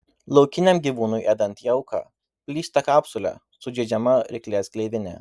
laukiniam gyvūnui ėdant jauką plyšta kapsulė sužeidžiama ryklės gleivinė